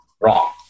Wrong